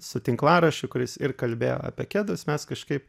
su tinklaraščiu kuris ir kalbėjo apie kedus mes kažkaip